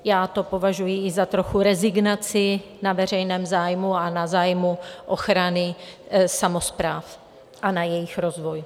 Já to považuji i za trochu rezignaci na veřejné zájmy a na zájmy ochrany samospráv a na jejich rozvoj.